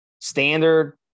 Standard